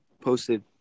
posted